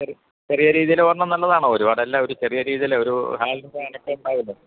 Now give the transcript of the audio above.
ചെറിയ ചെറിയ രീതിയില് ഒരെണ്ണം നല്ലതാണ് ഒരുപാടല്ല ഒരു ചെറിയ രീതിയില് ഒരു ഹാളിന് ഒരനക്കമുണ്ടാകുമല്ലോ